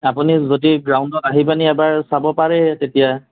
আপুনি যদি গ্ৰাউণ্ডত আহিপিনে এবাৰ চাব পাৰে তেতিয়া